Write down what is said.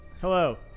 Hello